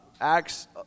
Acts